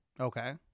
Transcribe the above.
Okay